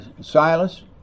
Silas